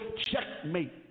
Checkmate